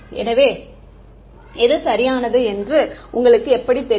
எனவே எது சரியானது என்று உங்களுக்கு எப்படித் தெரியும்